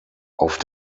auf